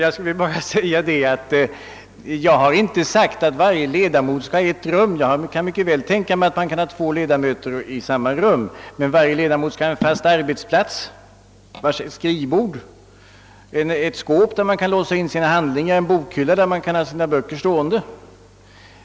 Herr talman! Jag har inte sagt att varje ledamot skall ha ett eget rum — jag kan mycket väl tänka mig att två ledamöter delar på ett rum. Men varje ledamot skall ha en fast arbetsplats, ett skrivbord, ett skåp i vilket han kan låsa in sina handlingar och en bokhylla där han kan ha sina böcker.